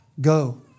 Go